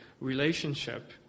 relationship